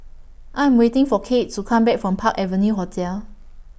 I Am waiting For Kade to Come Back from Park Avenue Hotel